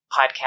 podcast